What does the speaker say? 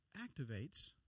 activates